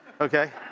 okay